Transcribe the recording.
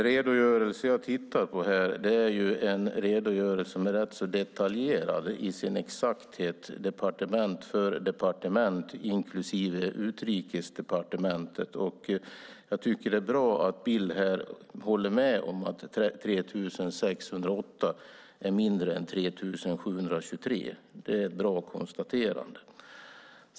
Herr talman! Den redogörelse jag här tittar på är rätt så detaljerad i sin exakthet departement för departement, inklusive Utrikesdepartementet. Det är bra att Bill här håller med om att 3 608 är mindre än 3 723. Det är ett bra konstaterande.